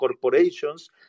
corporations